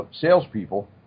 salespeople